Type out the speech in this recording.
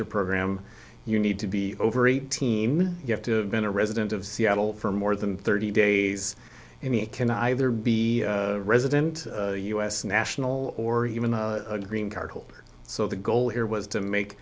your program you need to be over eighteen you have to have been a resident of seattle for more than thirty days in the can either be a resident a us national or even a green card holder so the goal here was to make